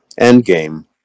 Endgame